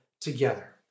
together